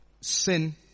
sin